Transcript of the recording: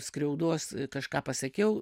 skriaudos kažką pasakiau